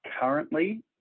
currently